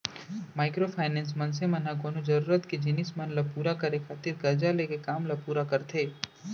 micro finance, मनसे मन ह कोनो जरुरत के जिनिस मन ल पुरा करे खातिर करजा लेके काम ल पुरा करथे